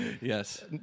Yes